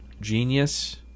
genius